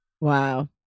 Wow